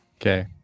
Okay